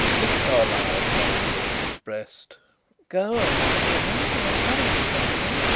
mr. carlyle's knowing look expressed go on, my friend you are coming to something.